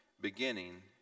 beginning